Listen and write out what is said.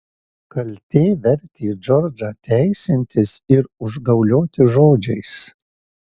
kaltė vertė džordžą teisintis ir užgaulioti žodžiais